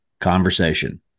conversation